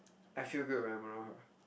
I feel good when I'm around her